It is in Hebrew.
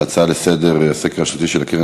ההצעה לסדר-היום בנושא: הסקר השנתי של הקרן